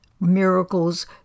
Miracles